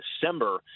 December